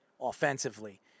offensively